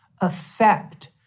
affect